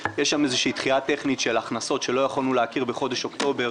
יש שם איזושהי דחייה טכנית של הכנסות שלא יכולנו להכיר בחודש אוקטובר,